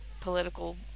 political